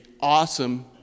awesome